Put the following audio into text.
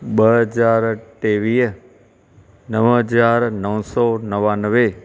ॿ हज़ार टेवीह नव हज़ार नव सौ नवानवे